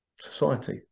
society